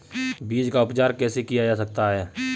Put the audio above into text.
बीज का उपचार कैसे किया जा सकता है?